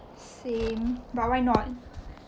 same but why not